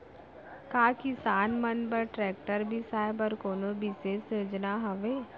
का किसान मन बर ट्रैक्टर बिसाय बर कोनो बिशेष योजना हवे?